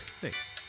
Thanks